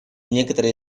некоторые